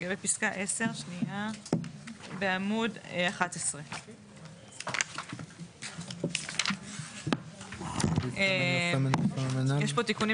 בפסקה (10) בעמוד 11. יש פה תיקונים